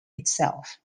itself